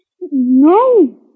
No